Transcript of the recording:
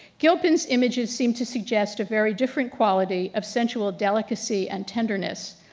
gilpin's images seem to suggest a very different quality of sensual delicacy and tenderness.